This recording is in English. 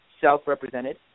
self-represented